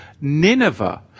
Nineveh